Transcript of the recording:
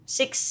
six